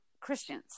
christians